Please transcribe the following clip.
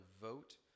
vote